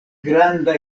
granda